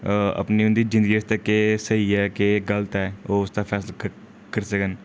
अपनी उं'दी जिंदगी आस्तै केह् स्हेई ऐ केह् गलत ऐ ओह् उसदा फैसला कर करी सकन